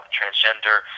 transgender